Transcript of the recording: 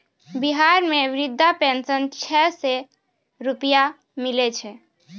बिहार मे वृद्धा पेंशन छः सै रुपिया मिलै छै